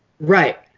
Right